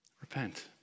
Repent